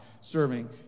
serving